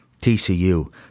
TCU